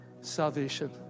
salvation